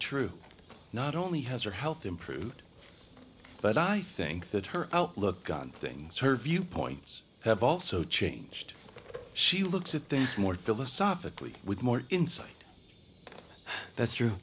true not only has her health improved but i think that her outlook on things her viewpoints have also changed she looks at things more philosophically with more insight that's true